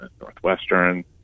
Northwestern